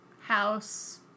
house